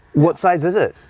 what size is it?